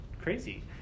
crazy